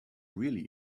really